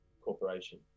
corporation